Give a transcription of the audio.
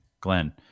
Glenn